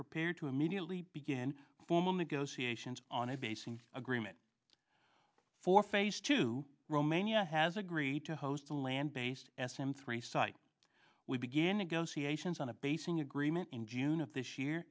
prepared to immediately begin formal negotiations on a basing agreement for phase two romania has agreed to host a land based s m three site we begin negotiations on a basing agreement in june of this year